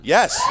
Yes